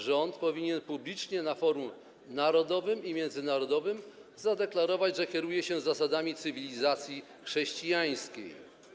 Rząd powinien publicznie na forum narodowym i międzynarodowym zadeklarować, że kieruje się zasadami cywilizacji chrześcijańskiej.